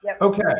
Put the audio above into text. Okay